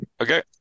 okay